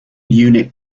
unit